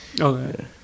Okay